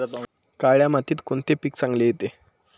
काळ्या मातीत कोणते पीक चांगले येते?